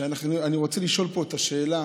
אני רוצה לשאול פה שאלה.